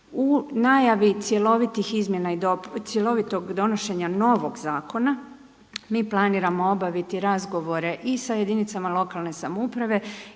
U najavi cjelovitog donošenja novog zakona mi planiramo obaviti razgovore i sa jedinicama lokalne samouprave